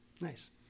Nice